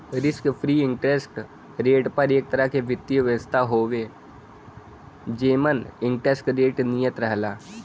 risk free interest rate एक तरह क वित्तीय व्यवस्था हउवे जेमन इंटरेस्ट रेट नियत रहला